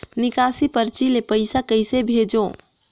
निकासी परची ले पईसा कइसे भेजों?